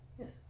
Yes